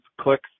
clicks